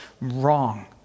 wrong